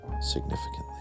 significantly